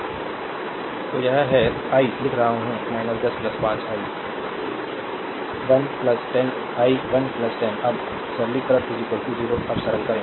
slide time देखें 1959 Refer Slide Time 2032 तो यह है कि आई लिख रहा हूं 10 5 आई 1 10 i 1 10 अब सरलीकृत 0 अब सरल करें